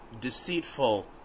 deceitful